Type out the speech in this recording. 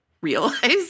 realize